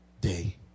day